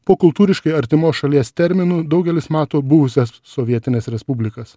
po kultūriškai artimos šalies terminu daugelis mato buvusias sovietines respublikas